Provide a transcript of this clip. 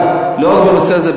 לא רק בנושא הזה,